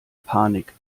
panik